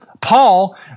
Paul